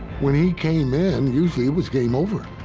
when he came in, usually, it was game over.